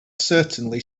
certainly